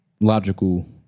logical